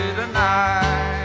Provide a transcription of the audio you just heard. tonight